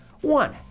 One